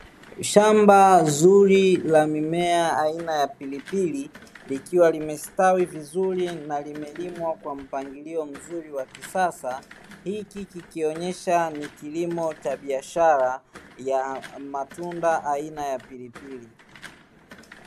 Shamba zuri la mimea aina ya pilipili likiwa limestawi vizuri na limelimwa kwa mpangilio mzuri wa kisasa, hiki kikionyesha ni kilimo cha biashara cha matunda aina ya pilipili.